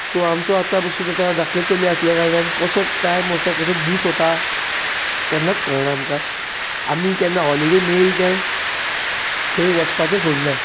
so आमचो आतां पसून आतां धाकलें चली आशिल्ल्या कारणान कसो टायम वता कसो दीस वता केन्नाच कळना आमकां आमी केन्ना हॉलीडे मेळ्ळी काय खंय वचपाचे सोडनात